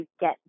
get